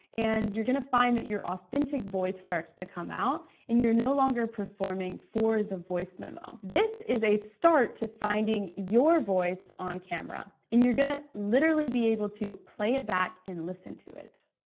and you're gonna find that your authentic voice starts to come out, and you're no longer performing for the voice memo. this is a start to finding your voice on camera, and you're gonna literally be able to play it back and listen to it.